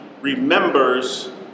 remembers